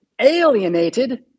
alienated